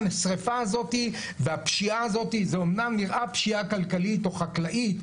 השריפה הזאת והפשיעה הזאת - זה אמנם נראה פשיעה כלכלית או חקלאית,